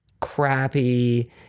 crappy